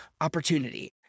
opportunity